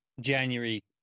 January